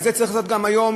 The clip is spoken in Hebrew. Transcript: ואת זה צריך לעשות גם היום.